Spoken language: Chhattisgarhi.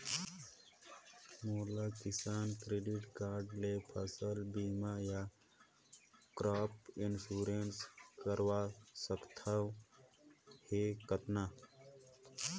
मोला किसान क्रेडिट कारड ले फसल बीमा या क्रॉप इंश्योरेंस करवा सकथ हे कतना?